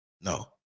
no